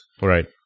Right